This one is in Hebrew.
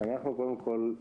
קודם כול,